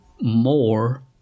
more